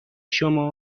شما